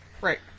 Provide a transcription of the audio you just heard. right